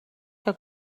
que